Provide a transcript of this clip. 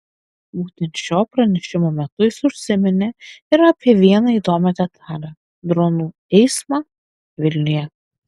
būtent šio pranešimo metu jis užsiminė ir apie vieną įdomią detalę dronų eismą vilniuje